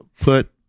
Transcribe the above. put